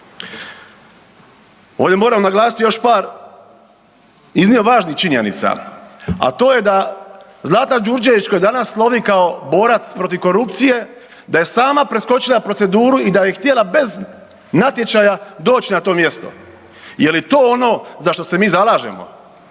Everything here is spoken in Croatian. Ovdje moram naglasiti još par iznimno važnih činjenica, a to je da Zlata Đurđević koja danas slovi kao borac protiv korupcije da je sama preskočila proceduru i da je htjela bez natječaja doći na to mjesto. Je li to ono za što se mi zalažemo?